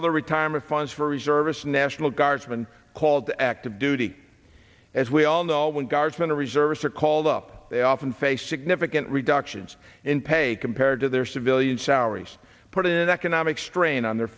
other retirement funds for reservists national guardsmen called active duty as we all know when guardsmen and reservists are called up they often face significant reductions in pay compared to their civilian sour he's put in economic strain on their